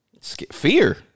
fear